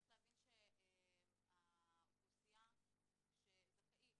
צריך להבין שהאוכלוסייה שזכאית